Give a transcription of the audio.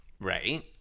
right